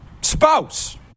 spouse